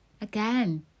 again